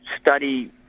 study